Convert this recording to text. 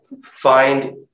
find